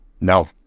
No